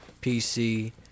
PC